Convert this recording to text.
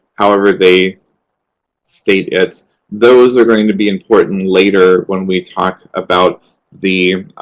however they state it those are going to be important later when we talk about the